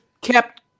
kept